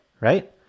right